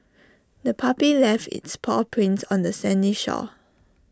the puppy left its paw prints on the sandy shore